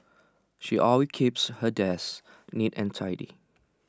she always keeps her desk neat and tidy